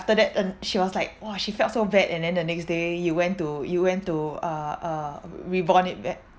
after that um she was like !wah! she felt so bad and then the next day you went to you went to uh uh rebond it back